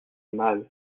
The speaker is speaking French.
mal